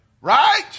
Right